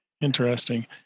Interesting